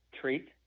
treat